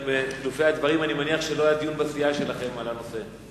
מחילופי הדברים ביניכם אני מניח שלא היה דיון בסיעה שלכם על הנושא.